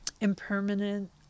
impermanent